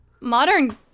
modern